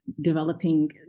developing